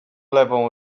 lewą